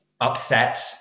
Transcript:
Upset